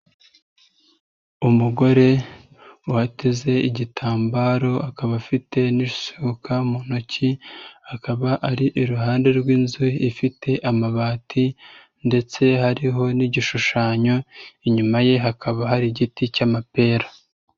Umugore uteze igitambaro akaba afite n'ishuka mu ntoki, akaba ari iruhande rw'inzu ifite amabati ndetse hariho n'igishushanyo, inyuma ye hakaba hari igiti cy'amapera.